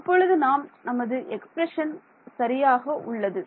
இப்பொழுது நாம் நமது எக்ஸ்பிரஷன் சரியாக உள்ளது